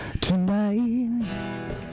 tonight